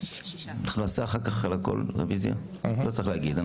הצבעה ההסתייגות לא נתקבלה ההסתייגות לא התקבלה.